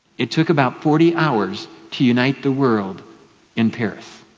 it took about forty hours to unite the world in paris.